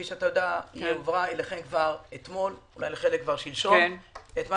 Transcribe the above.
היא הועברה אליכם כבר אתמול, כפי שאתה יודע.